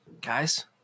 guys